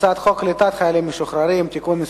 הצעת חוק קליטת חיילים משוחררים (תיקון מס'